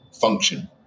function